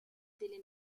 delle